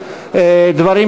היועץ המשפטי לכנסת,